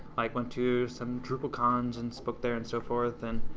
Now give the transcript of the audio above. like went to some drupalcons and spoke there and so forth and